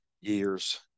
years